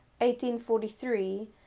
1843